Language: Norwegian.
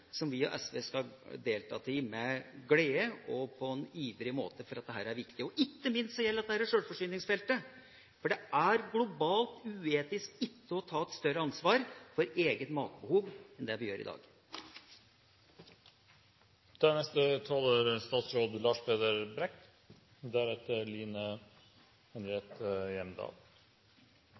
som vi i SV skal delta i med glede og på en ivrig måte. For dette er viktig. Ikke minst gjelder dette sjølforsyningsfeltet, for det er globalt uetisk ikke å ta større ansvar for eget matbehov enn det vi gjør i